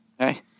Okay